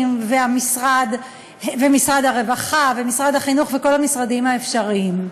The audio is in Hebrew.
ומשרד הרווחה ומשרד החינוך וכל המשרדים האפשריים.